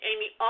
Amy